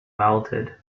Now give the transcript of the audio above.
welded